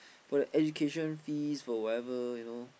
for the education fees for whatever you know